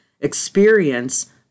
experience